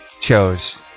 chose